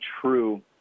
true